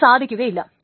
അത് സാധിക്കുകയില്ല